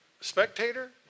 spectator